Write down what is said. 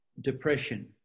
Depression